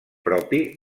propi